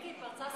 תתבייש לך.